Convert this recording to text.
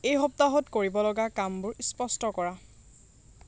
এই সপ্তাহত কৰিবলগা কামবোৰ স্পষ্ট কৰা